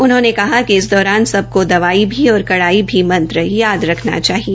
उन्होंने कहा कि इस दौरान सबको दवा भी और कड़ाई भी मंत्र याद रखना चाहिए